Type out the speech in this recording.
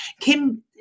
Kim